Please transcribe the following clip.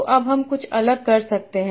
तो अब हम कुछ अलग कर सकते हैं